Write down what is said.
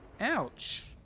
Ouch